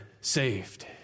saved